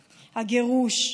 הגירוש.